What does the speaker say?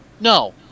No